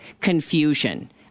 confusion